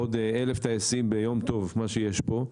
עוד 1,000 ביום טוב מה שיש פה,